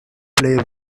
play